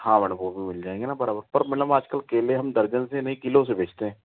हाँ मैडम वह भी मिल जाएंगे पर मैडम केले दर्जन से नहीं किलो से बेचते हैं